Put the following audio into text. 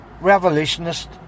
revolutionist